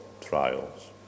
trials